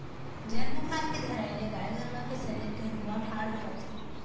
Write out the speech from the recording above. जर बुखार के धरई ले गाय गरुवा के सरीर के रूआँ ठाड़ हो जाथे